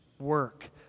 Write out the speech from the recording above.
work